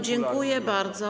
Dziękuję bardzo.